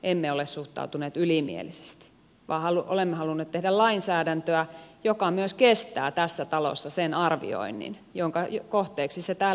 emme ole suhtautuneet ylimielisesti vaan olemme halunneet tehdä lainsäädäntöä joka myös kestää tässä talossa sen arvioinnin jonka kohteeksi se täällä joutuu